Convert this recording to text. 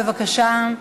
בבקשה.